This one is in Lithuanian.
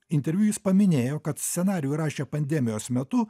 interviu jis paminėjo kad scenarijų rašė pandemijos metu